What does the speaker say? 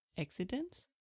accidents